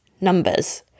numbers